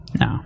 No